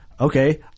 Okay